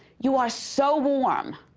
you are so warm,